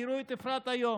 תראו את אפרת היום.